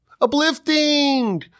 uplifting